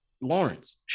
Lawrence